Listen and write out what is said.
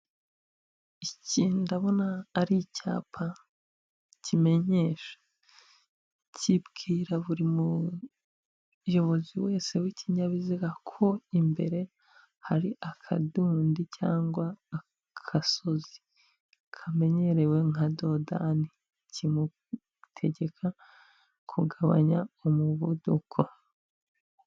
Iki ndabona ari icyapa kimenyesha kibwira buri muyobozi wese w'ikinyabiziga ko imbere hari akadundi cyangwa agasozi kamenyerewe nka dodani, kimutegeka kugabanya umuvuduko.